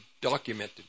documented